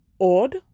odd